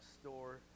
store